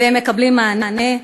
והם מקבלים מענה.